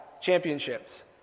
Championships